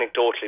anecdotally